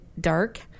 dark